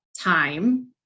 time